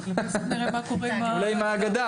תודה רבה.